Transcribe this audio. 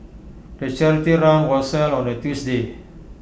the charity run was held on A Tuesday